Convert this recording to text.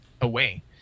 away